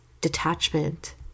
detachment